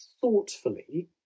thoughtfully